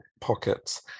pockets